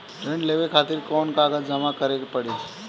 ऋण लेवे खातिर कौन कागज जमा करे के पड़ी?